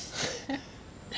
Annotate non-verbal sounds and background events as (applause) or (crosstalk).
(laughs)